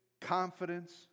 confidence